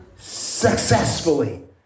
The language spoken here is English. successfully